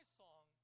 song